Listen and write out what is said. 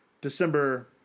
December